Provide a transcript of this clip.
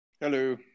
hello